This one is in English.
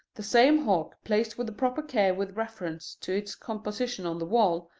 the same hawk placed with the proper care with reference to its composition on the wall,